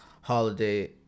Holiday